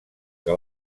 que